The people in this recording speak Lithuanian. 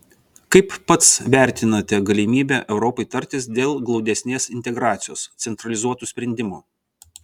kaip pats vertinate galimybę europai tartis dėl glaudesnės integracijos centralizuotų sprendimų